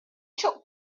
took